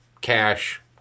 cash